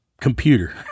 computer